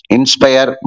Inspire